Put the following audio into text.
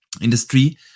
industry